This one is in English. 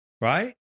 right